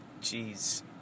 Jeez